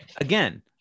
again